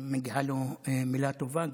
שמגיעה לו מילה טובה,